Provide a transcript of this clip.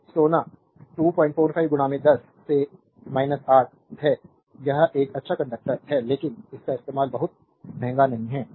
तो सोना 245 10 से 8 है यह एक अच्छा कंडक्टर है लेकिन इसका इस्तेमाल बहुत महंगा नहीं है